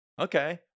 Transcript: Okay